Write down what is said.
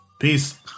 peace